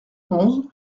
onze